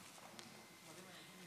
אדוני היושב-ראש,